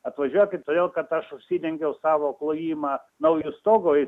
atvažiuokit todėl kad aš užsidengiau savo klojimą nauju stogu